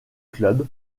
club